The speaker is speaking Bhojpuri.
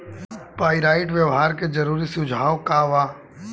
पाइराइट व्यवहार के जरूरी सुझाव का वा?